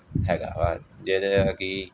ਹੈਗਾ ਵਾ ਜਿਹਦਾ ਕਿ